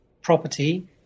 property